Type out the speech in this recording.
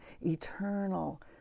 eternal